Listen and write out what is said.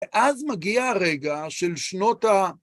‫ואז מגיע הרגע של שנות ה...